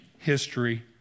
history